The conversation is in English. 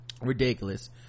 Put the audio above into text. Ridiculous